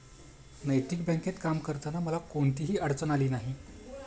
नैतिक बँकेत काम करताना मला कोणतीही अडचण आली नाही